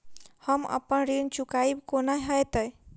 हम अप्पन ऋण चुकाइब कोना हैतय?